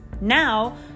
Now